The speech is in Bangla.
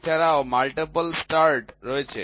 এছাড়াও মাল্টিপল স্টার্ট থ্রেড রয়েছে